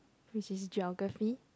which is Geography